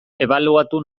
ebaluatu